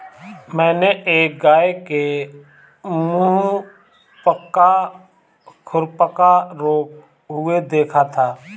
मैंने एक गाय के मुहपका खुरपका रोग हुए देखा था